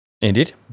Indeed